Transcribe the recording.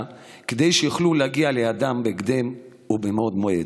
כדי שיוכלו להגיע ליעדם בהקדם ומבעוד מועד.